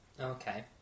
Okay